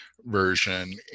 version